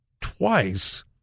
Twice